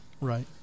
Right